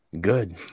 Good